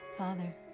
Father